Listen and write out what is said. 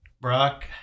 brock